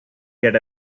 get